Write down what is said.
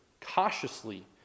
cautiously